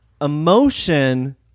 emotion